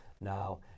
now